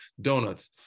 donuts